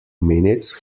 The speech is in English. minutes